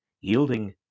yielding